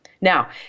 Now